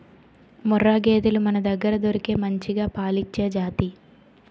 ముర్రా గేదెలు మనదగ్గర దొరికే మంచిగా పాలిచ్చే జాతి